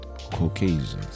Caucasians